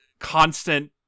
constant